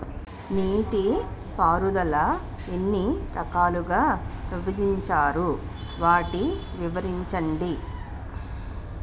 నీటిపారుదల ఎన్ని రకాలుగా విభజించారు? వాటి వివరించండి?